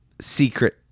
secret